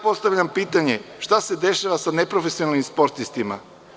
Postavljam pitanje – šta se dešava sa neprofesionalnim sportistima?